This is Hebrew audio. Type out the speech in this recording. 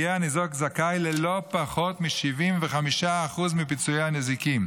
יהיה הניזוק זכאי ללא פחות מ-75% מפיצויי הנזיקין,